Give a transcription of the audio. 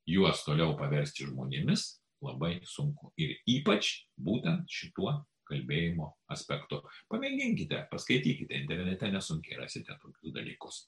juos toliau paversti žmonėmis labai sunku ir ypač būtent šituo kalbėjimo aspektu pamėginkite paskaitykite internete nesunkiai rasite tokius dalykus